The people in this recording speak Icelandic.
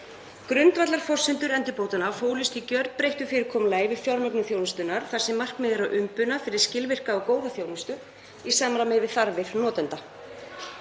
Grundvallarforsendur endurbótanna fólust í gjörbreyttu fyrirkomulagi við fjármögnun þjónustunnar þar sem markmiðið var að umbuna fyrir skilvirka og góða þjónustu í samræmi við þarfir notenda.